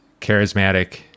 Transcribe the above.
charismatic